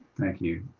thank you,